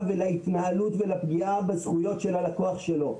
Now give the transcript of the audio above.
ולהתנהלות ולפגיעה בזכויות של הלקוח שלו.